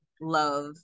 love